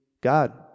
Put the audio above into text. God